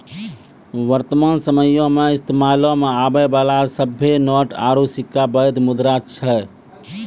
वर्तमान समयो मे इस्तेमालो मे आबै बाला सभ्भे नोट आरू सिक्का बैध मुद्रा छै